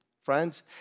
friends